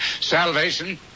Salvation